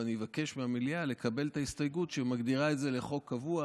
ולכן אני אבקש מהמליאה לקבל את ההסתייגות שמגדירה את זה כחוק קבוע